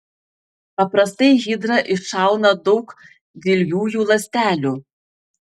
paprastai hidra iššauna daug dilgiųjų ląstelių